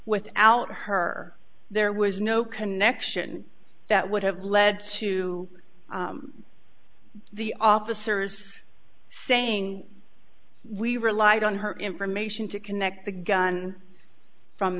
without her there was no connection that would have led to the officers saying we relied on her information to connect the gun from